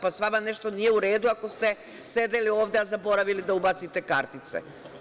Pa sa vama nešto nije u radu ako ste sedeli ovde, a zaboravili da ubacite kartice.